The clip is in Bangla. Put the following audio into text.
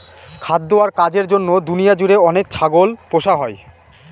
খাদ্য আর কাজের জন্য দুনিয়া জুড়ে অনেক ছাগল পোষা হয়